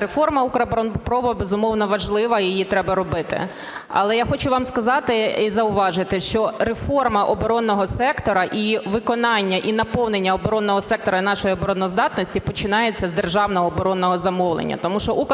реформа "Укроборонпрому", безумовно, важлива і її треба робити. Але я хочу вам сказати і зауважити, що реформа оборонного сектора, і виконання, і наповнення оборонного сектора нашої обороноздатності, починається з державного оборонного замовлення. Тому що "Укроборонпром"